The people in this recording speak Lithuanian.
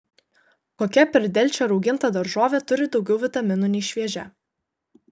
kokia per delčią rauginta daržovė turi daugiau vitaminų nei šviežia